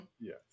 Yes